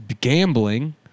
gambling